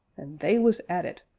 they was at it.